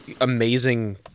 amazing